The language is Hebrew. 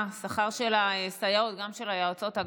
גם של היועצות,